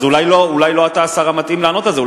אז אולי לא אתה השר המתאים לענות על זה.